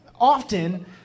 often